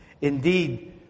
Indeed